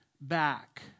Back